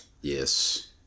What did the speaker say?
Yes